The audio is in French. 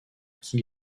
qui